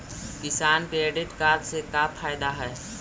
किसान credit card से का फायदा है?